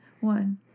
One